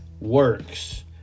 works